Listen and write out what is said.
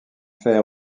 fer